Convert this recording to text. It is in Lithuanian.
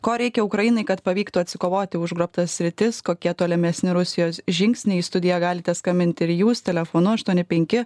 ko reikia ukrainai kad pavyktų atsikovoti užgrobtas sritis kokie tolimesni rusijos žingsniai į studiją galite skambinti ir jūs telefonu aštuoni penki